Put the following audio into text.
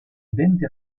denti